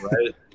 right